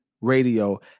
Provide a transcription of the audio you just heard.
radio